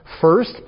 First